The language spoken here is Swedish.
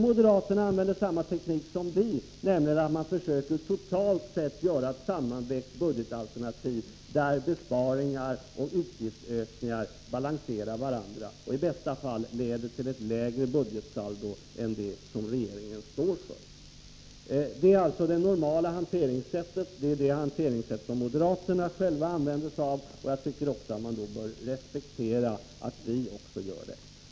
Moderaterna använder sig av samma teknik som vi, nämligen att totalt sett försöka göra ett sammanvägt budgetalternativ där besparingar och utgiftsökningar balanserar varandra. I bästa fall leder det till ett lägre budgetsaldo än det regeringen står för. Det är det normala hanteringssättet och det sätt som moderaterna själva använder sig av. Därför tycker jag att de också bör respektera att vi går till väga på samma sätt.